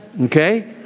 Okay